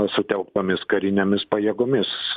sutelktomis karinėmis pajėgomis